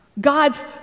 God's